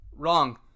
Wrong